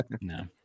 No